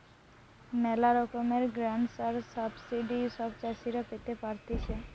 ম্যালা রকমের গ্রান্টস আর সাবসিডি সব চাষীরা পেতে পারতিছে